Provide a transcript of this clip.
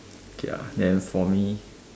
ya then for me